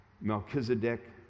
Melchizedek